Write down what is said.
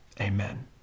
amen